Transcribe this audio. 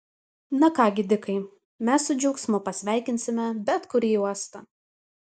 na ką gi dikai mes su džiaugsmu pasveikinsime bet kurį uostą